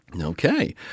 Okay